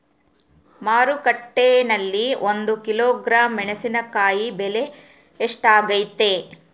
ಮಾರುಕಟ್ಟೆನಲ್ಲಿ ಒಂದು ಕಿಲೋಗ್ರಾಂ ಮೆಣಸಿನಕಾಯಿ ಬೆಲೆ ಎಷ್ಟಾಗೈತೆ?